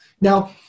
Now